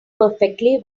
perfectly